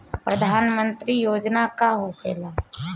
प्रधानमंत्री योजना का होखेला?